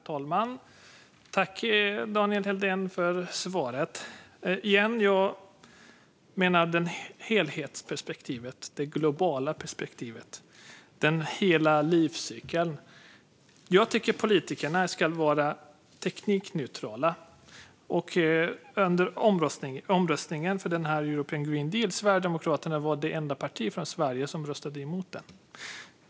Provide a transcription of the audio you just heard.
Herr talman! Tack, Daniel Helldén, för svaret! Det handlar om helhetsperspektivet, det globala perspektivet och hela livscykeln. Jag tycker att politikerna ska vara teknikneutrala. Under omröstningen för European Green Deal var Sverigedemokraterna det enda partiet från Sverige som röstade emot den.